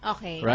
Okay